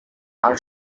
are